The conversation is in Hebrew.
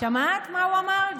שמעת מה הוא אמר?